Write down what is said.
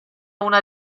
una